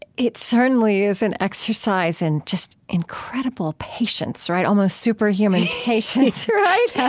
it it certainly is an exercise in just incredible patience, right? almost superhuman patience, right?